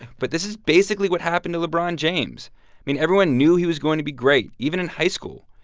but this is basically what happened to lebron james. i mean, everyone knew he was going to be great, even in high school.